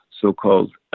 so-called